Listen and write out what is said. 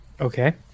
Okay